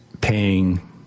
paying